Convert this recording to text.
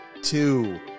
two